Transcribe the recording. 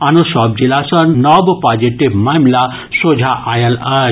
आनो सभ जिला सँ नव पॉजिटिव मामिला सोझा आयल अछि